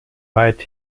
weit